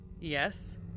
Yes